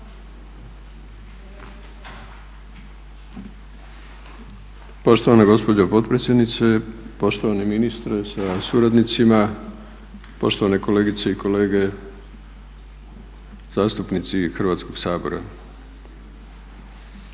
Poštovana gospođo potpredsjednice, poštovani ministre sa suradnicima, poštovane kolegice i kolege zastupnici Hrvatskog sabora.